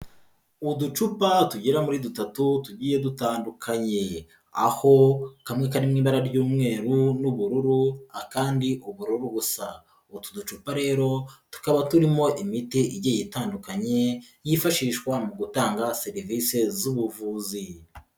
Uducupa tugera muri dutatu tugiye dutandukanye, aho kamwe kari mu ibara ry'umweru n'ubururu, akandi ubururu busa, utu ducupa rero tukaba turimo imiti igiye itandukanye yifashishwa mu gutanga serivisi z'ubuvuzi.